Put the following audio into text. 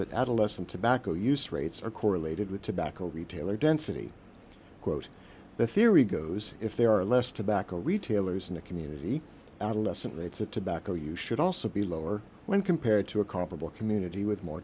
that adolescent tobacco use rates are correlated with tobacco retailer density quote the theory goes if there are less tobacco retailers in the community adolescent rates of tobacco you should also be lower when compared to a comparable community with more